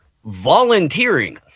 volunteering